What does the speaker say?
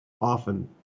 often